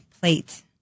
plate